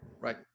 Right